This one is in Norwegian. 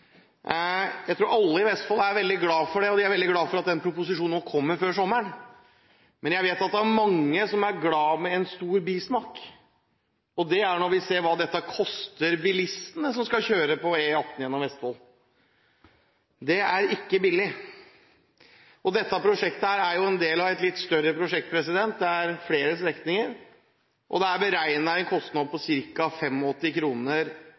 2017. Jeg tror alle i Vestfold er veldig glad for det, og de er veldig glad for at proposisjonen nå kommer før sommeren. Men jeg vet at det er mange som er glad med en stor bismak, og det er når vi ser hva dette koster bilistene som skal kjøre på E18 gjennom Vestfold. Det er ikke billig. Dette prosjektet er en del av et litt større prosjekt – det er flere strekninger. Det er beregnet en kostnad på